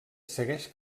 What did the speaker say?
segueix